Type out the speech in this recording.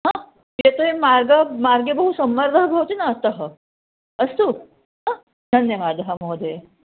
हा एतन्मार्गे मार्गे बहु सम्मर्दः भवति ना अतः अस्तु हा धन्यवादः महोदय